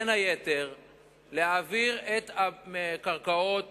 להעביר את הקרקעות